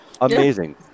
amazing